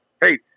Hey